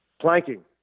planking